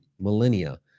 millennia